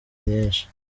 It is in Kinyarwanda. nyinshi